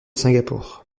singapour